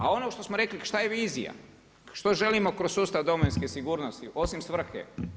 A ono što smo rekli šta je vizija, što želimo kroz sustav domovinske sigurnosti, osim svrhe?